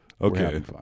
Okay